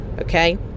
okay